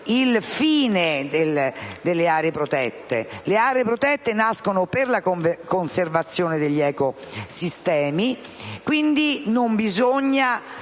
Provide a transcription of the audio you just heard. il fine delle aree protette. Le aree protette nascono per la conservazione degli ecosistemi, quindi non bisogna